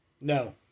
No